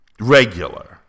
regular